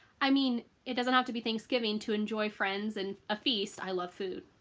i mean it doesn't have to be thanksgiving to enjoy friends and a feast. i love food.